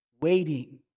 waiting